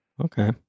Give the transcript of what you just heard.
Okay